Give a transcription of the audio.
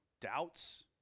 Doubts